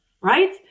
right